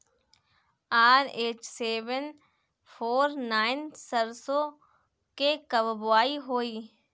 RH seven four nine सरसो के कब बुआई होई?